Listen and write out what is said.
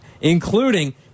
including